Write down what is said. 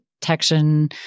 detection